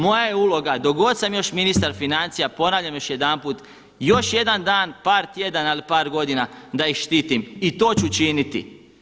Moja je uloga dok god sam još ministar financija, ponavljam još jedanput, još jedan dan, par tjedana ili par godina da ju štitim i to ću činiti.